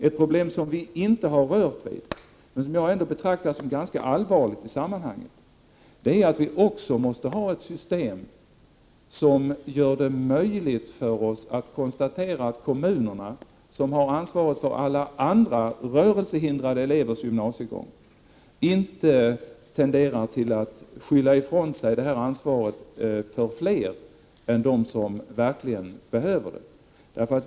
Ett problem som vi inte har berört, men som jag ändå betraktar som ganska allvarligt i sammanhanget, är att vi också måste ha ett system som gör det möjligt för oss att konstatera att kommunerna, som har ansvaret för alla andra rörelsehindrade elevers gymnasiegång, inte tenderar att skjuta ifrån sig ansvaret för fler elever än de som verkligen behöver en anpassad utbildning.